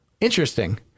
Interesting